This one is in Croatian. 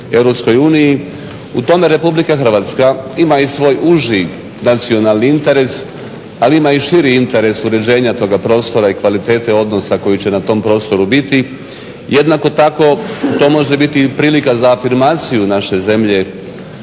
U tome Republika Hrvatska ima i svoj uži nacionalni interes, ali ima i širi interes uređenja toga prostora i kvalitete odnosa koji će na tom prostoru biti. Jednako tako to može biti i prilika za afirmaciju naše zemlje